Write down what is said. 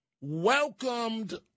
welcomed